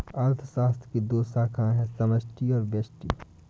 अर्थशास्त्र की दो शाखाए है समष्टि और व्यष्टि